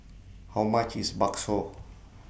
How much IS Bakso